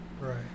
right